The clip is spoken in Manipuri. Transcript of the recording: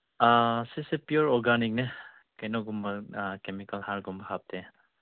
ꯑꯥ ꯁꯤꯁꯦ ꯄ꯭ꯌꯣꯔ ꯑꯣꯔꯒꯥꯅꯤꯛꯅꯦ ꯀꯩꯅꯣꯒꯨꯝꯕ ꯀꯦꯃꯤꯀꯜ ꯍꯥꯔꯒꯨꯝꯕ ꯍꯥꯞꯇꯦ